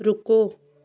ਰੁਕੋ